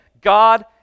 God